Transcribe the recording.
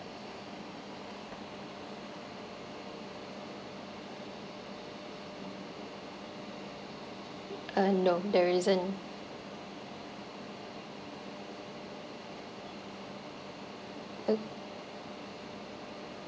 uh no there isn't